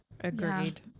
Agreed